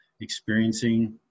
experiencing